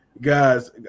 Guys